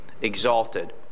exalted